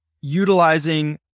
utilizing